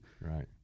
Right